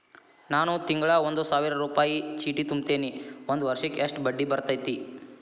ನಾನು ತಿಂಗಳಾ ಒಂದು ಸಾವಿರ ರೂಪಾಯಿ ಚೇಟಿ ತುಂಬತೇನಿ ಒಂದ್ ವರ್ಷಕ್ ಎಷ್ಟ ಬಡ್ಡಿ ಬರತೈತಿ?